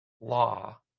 law